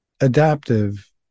adaptive